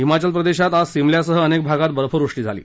हिमाचल प्रदेशात आज सिमल्यासह अनेक भागात बर्फवृष्टी झाली